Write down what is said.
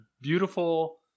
beautiful